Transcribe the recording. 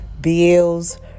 Bills